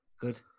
Good